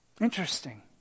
Interesting